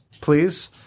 please